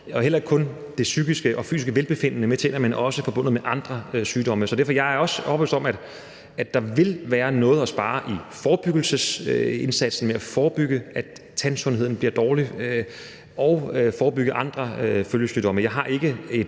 til tænder, ikke kun det psykiske og fysiske velbefindende i forbindelse med tænder, men det er også forbundet med andre sygdomme. Så derfor er jeg også overbevist om, at der vil være noget at spare i forebyggelsesindsatsen med at forebygge, at tandsundheden bliver dårlig, og forebygge andre følgesygdomme.